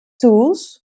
tools